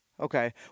Okay